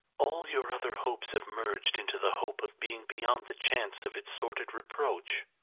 all your other hopes have merged into the hope of being beyond the chance of its sordid reproach.